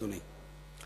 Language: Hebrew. אדוני,